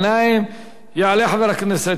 יעלה חבר הכנסת יעקב כץ,